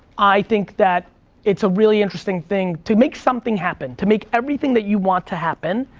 i think that it's a really interesting thing to make something happen, to make everything that you want to happen,